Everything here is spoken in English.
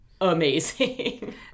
Amazing